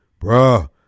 Bruh